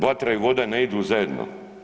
Vatra i voda ne idu zajedno.